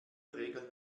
regeln